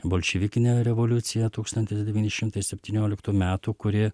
bolševikinė revoliucija tūkstantis devyni šimtai septynioliktų metų kuri